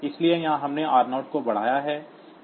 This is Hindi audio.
इसलिए यहाँ हमने r0 को बढ़ाया है